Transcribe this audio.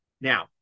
Now